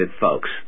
folks